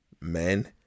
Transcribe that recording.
men